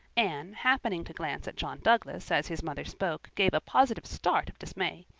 anne, happening to glance at john douglas, as his mother spoke, gave a positive start of dismay.